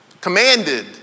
commanded